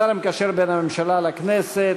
השר המקשר בין הממשלה לכנסת,